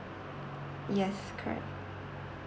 yes correct